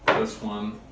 this one